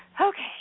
Okay